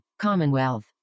Commonwealth